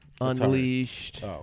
Unleashed